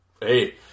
Hey